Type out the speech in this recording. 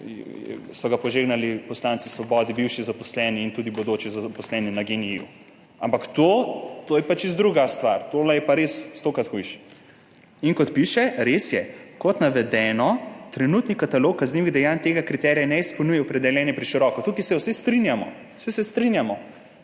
so ga požegnali poslanci Svobode, bivši zaposleni in tudi bodoči zaposleni na GEN-I, ampak to, to je pa čisto druga stvar. Tole je pa res stokrat hujše. Kot piše, res je, kot navedeno, trenutni katalog kaznivih dejanj tega kriterija ne izpolnjuje, opredeljen je preširoko. Tukaj se vsi strinjamo, saj se strinjamo,